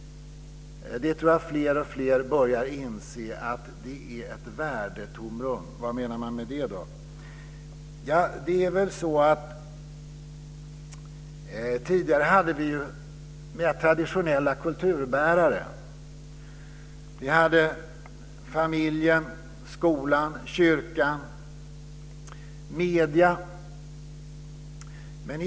Alltfler börjar inse att det finns ett värdetomrum. Vad menar man då med det? Tidigare hade vi traditionella kulturbärare. Vi hade familjen, skolan, kyrkan, medierna.